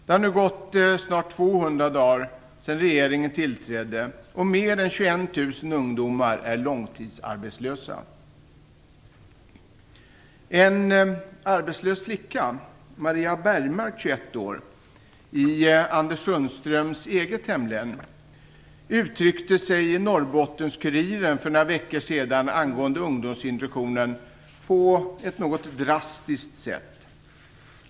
Det har nu gått snart 200 dagar sedan regeringen tillträdde, och mer än 21 000 En arbetslös flicka i Anders Sundströms eget hemlän, Maria Bergmark 21 år, uttryckte sig i Norrbottens-Kuriren för några veckor sedan angående ungdomsintroduktionen på ett något drastiskt sätt.